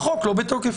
החוק לא בתוקף.